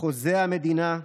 חוזה המדינה,